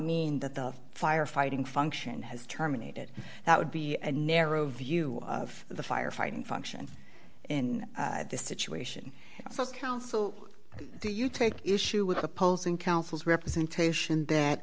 mean that the firefighting function has terminated that would be a narrow view of the firefighting function in this situation so council do you take issue with opposing counsel's representation that